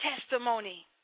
testimony